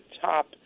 top